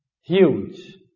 Huge